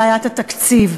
בעיית התקציב.